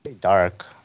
dark